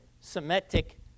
Semitic